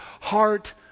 heart